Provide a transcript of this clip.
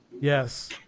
Yes